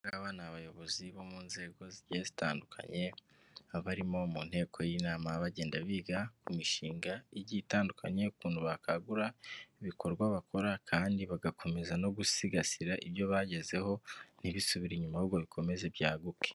Aba ngaba ni abayobozi bo mu nzego zitandukanye, hakaba barimo mu nteko y'inama, bagenda biga ku mishinga itandukanye, ukuntu bakangura ibikorwa bakora kandi bagakomeza no gusigasira ibyo bagezeho, ntibisubire inyuma ahubwo bikomeze byaguke.